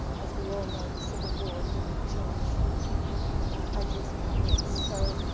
as we all know, the civil war didn't change ideas about race. so,